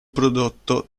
prodotto